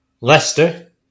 Leicester